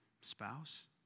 spouse